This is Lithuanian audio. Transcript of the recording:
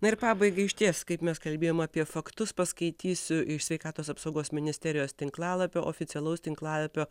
na ir pabaigai išties kaip mes kalbėjom apie faktus paskaitysiu iš sveikatos apsaugos ministerijos tinklalapio oficialaus tinklalapio